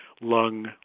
lung